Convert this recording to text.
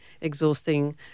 exhausting